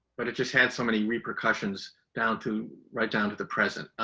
but it just had so many repercussions down to, right down to the present.